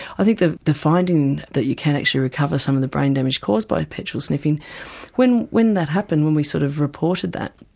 i think the the finding that you can actually recover some of the brain damage caused by petrol sniffing when when that happened, when we sort of reported that,